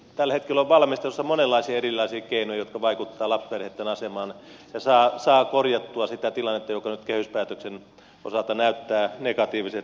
tällä hetkellä on valmistelussa monenlaisia erilaisia keinoja jotka vaikuttavat lapsiperheitten asemaan ja joilla saa korjattua sitä tilannetta joka nyt kehyspäätöksen osalta näyttää negatiiviselta heidän osaltaan